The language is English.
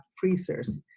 freezers